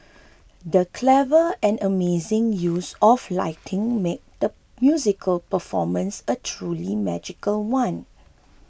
the clever and amazing use of lighting made the musical performance a truly magical one